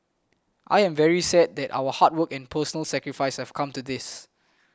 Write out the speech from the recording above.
I am very sad that our hard work and personal sacrifice have come to this